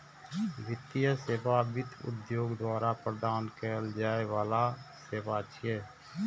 वित्तीय सेवा वित्त उद्योग द्वारा प्रदान कैल जाइ बला सेवा छियै